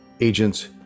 Agents